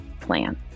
plan